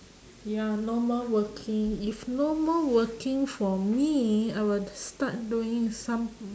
ya no more working if no more working for me I would start doing some